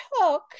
took